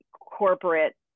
corporate